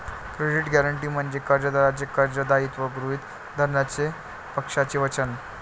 credit guarantee म्हणजे कर्जदाराचे कर्ज दायित्व गृहीत धरण्याचे पक्षाचे वचन